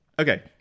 Okay